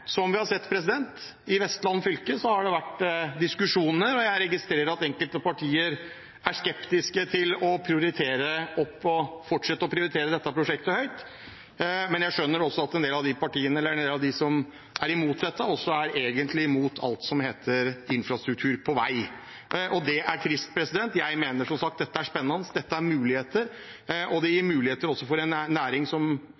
som vi har sett: I Vestland fylke har det vært diskusjoner, og jeg registrerer at enkelte partier er skeptiske til å fortsette å prioritere dette prosjektet høyt, men jeg skjønner også at en del av dem som er imot dette, egentlig er imot alt som heter infrastruktur på vei, og det er trist. Jeg mener som sagt at dette er spennende, at dette gir muligheter, og det gir også muligheter for en næring som